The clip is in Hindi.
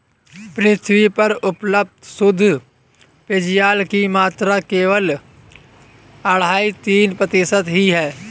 पृथ्वी पर उपलब्ध शुद्ध पेजयल की मात्रा केवल अढ़ाई तीन प्रतिशत ही है